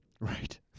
Right